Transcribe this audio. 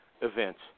events